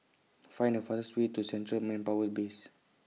Find The fastest Way to Central Manpower Base